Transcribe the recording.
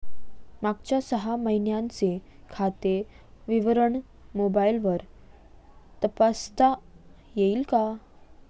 मागच्या सहा महिन्यांचे खाते विवरण मोबाइलवर तपासता येईल का?